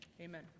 Amen